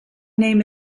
name